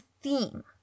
theme